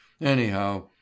Anyhow